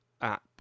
app